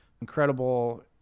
Incredible